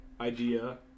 idea